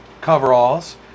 coveralls